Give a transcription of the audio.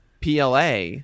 PLA